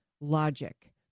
logic